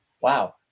wow